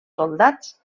soldats